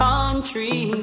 Country